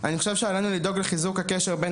אני חושב שעלינו לדאוג לחיזוק הקשר בין